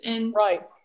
Right